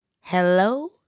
Hello